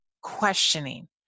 questioning